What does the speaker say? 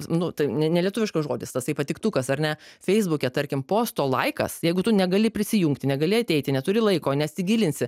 nu tai ne nelietuviškas žodis tasai patiktukas ar ne feisbuke tarkim posto laikas jeigu tu negali prisijungti negali ateiti neturi laiko nesigilinsi